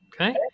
Okay